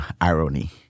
irony